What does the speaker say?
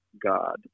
God